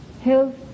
health